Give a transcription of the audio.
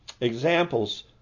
Examples